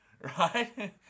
Right